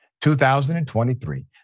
2023